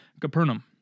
Capernaum